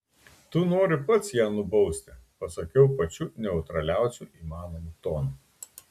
tu nori pats ją nubausti pasakiau pačiu neutraliausiu įmanomu tonu